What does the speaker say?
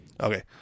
Okay